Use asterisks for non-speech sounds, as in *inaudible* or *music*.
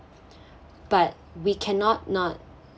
*breath* but we cannot not